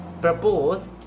propose